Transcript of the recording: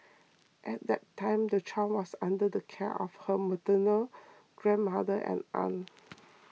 at that time the child was under the care of her maternal grandmother and aunt